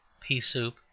pea-soup